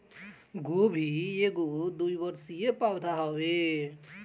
गोभी एगो द्विवर्षी पौधा हवे